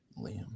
Liam